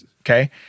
okay